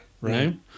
Right